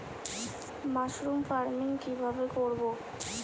Mushroom farming কি ভাবে করব?